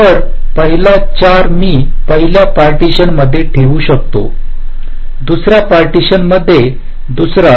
तर पहिला 4 मी पहिल्या पार्टिशन्स मध्ये ठेवू शकतो दुसर्या पार्टिशन्समध्ये दुसरा